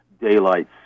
daylight